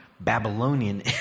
Babylonian